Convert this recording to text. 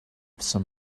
some